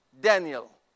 Daniel